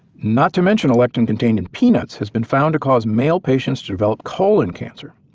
not to mention a lectin contained in peanuts has been found to cause male patients to develop colon cancer.